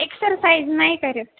exercise नाही करत